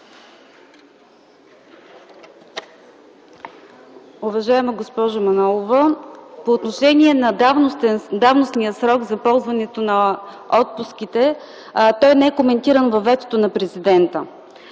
Уважаема госпожо Манолова, по отношение на давностния срок за ползването на отпуските той не е коментиран във ветото на президента.